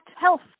health